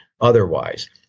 otherwise